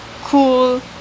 Cool